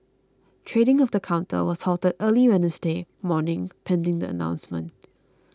trading of the counter was halted early Wednesday morning pending the announcement